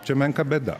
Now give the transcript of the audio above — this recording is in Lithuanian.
čia menka bėda